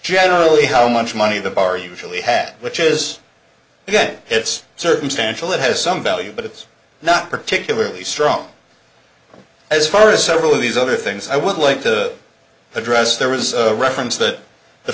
generally how much money the bar usually had which is you know it's certainly central it has some value but it's not particularly strong as far as several of these other things i would like to address there was a reference that the